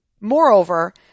Moreover